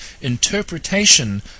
interpretation